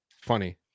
funny